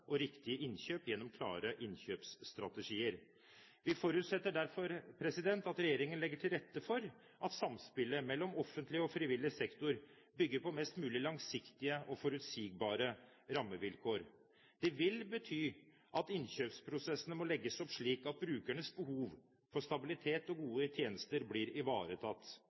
og riktige innkjøp gjennom klare innkjøpsstrategier. Vi forutsetter derfor at regjeringen legger til rette for at samspillet mellom offentlig og frivillig sektor bygger på mest mulig langsiktige og forutsigbare rammevilkår. Det vil bety at innkjøpsprosessene må legges opp slik at brukernes behov for stabilitet og gode tjenester blir ivaretatt.